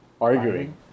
arguing